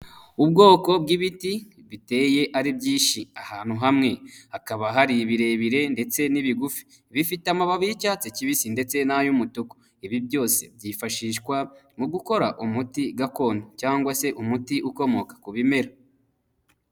Ubwoko bw'ibiti biteye ari byinshi ahantu hamwe, hakaba hari ibirebire ndetse n'ibigufi. Bifite amababi y'icyatsi kibisi ndetse n'ay'umutuku. Ibi byose byifashishwa mu gukora umuti gakondo, cyangwa se umuti ukomoka ku bimera.